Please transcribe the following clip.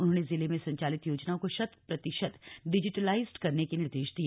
उन्होंने जिले में संचालित योजनाओं को शत प्रतिशत डिजिटलाइज्ड करने के निर्देश दिए